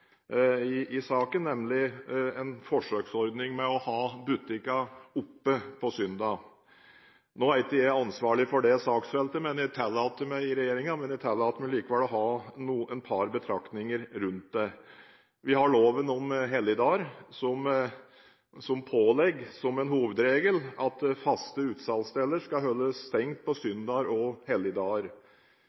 foreligger i saken, nemlig et forslag om en forsøksordning med å ha butikker åpne på søndager. Nå er ikke jeg ansvarlig for det saksfeltet i regjeringen, men jeg tillater meg likevel å ha et par betraktninger rundt det. Vi har loven om helligdager som pålegger, som en hovedregel, at faste utsalgssteder skal holde stengt på søndager og